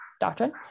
Doctrine